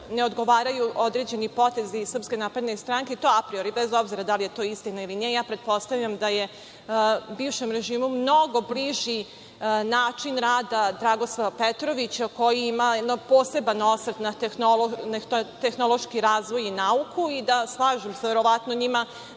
ne odgovaraju određeni potezi iz SNS, i to apriori, bez obzira da li je to istina ili nije. Ja pretpostavljam da je bivšem režimu mnogo bliži način rada Dragoslava Petrovića, koji ima poseban osvrt na tehnološki razvoj i nauku i slažem se, verovatno njima